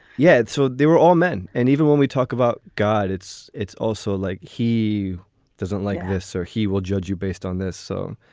yet so they were all men. and even when we talk about god, it's it's also like he doesn't like this or he will judge you based on this. so.